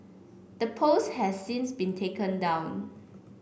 the post has since been taken down